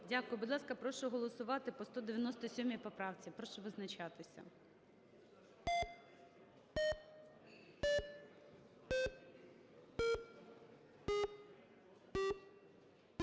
Дякую. Будь ласка, прошу голосувати по 197 поправці. Прошу визначатися.